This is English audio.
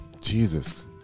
Jesus